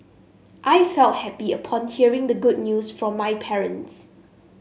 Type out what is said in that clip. I felt happy upon hearing the good news from my parents